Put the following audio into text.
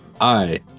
Hi